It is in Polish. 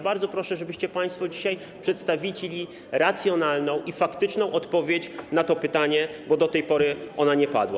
Bardzo proszę, żebyście państwo dzisiaj przedstawili racjonalną i faktyczną odpowiedź na to pytanie, bo do tej pory ona nie padła.